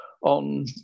on